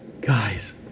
Guys